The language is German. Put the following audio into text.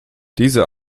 diese